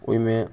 ओइमे